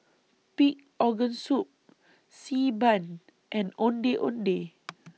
Pig Organ Soup Xi Ban and Ondeh Ondeh